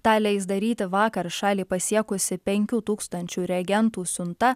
tą leis daryti vakar šalį pasiekusi penkių tūkstančių reagentų siunta